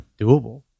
doable